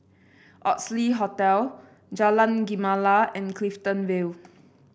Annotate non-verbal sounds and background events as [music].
Oxley Hotel Jalan Gemala and Clifton Vale [noise]